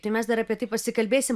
tai mes dar apie tai pasikalbėsim